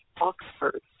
Oxford